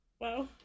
Wow